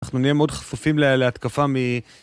אנחנו נהיה מאוד חשופים להתקפה מ...